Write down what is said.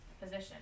position